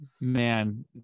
man